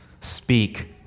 speak